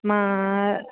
मां